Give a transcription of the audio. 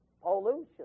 pollution